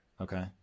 Okay